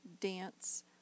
dance